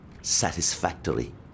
satisfactory